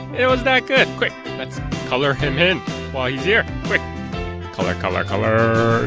it was that good quick. let's color him in while he's here. quick color color color